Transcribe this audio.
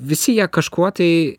visi jie kažkuo tai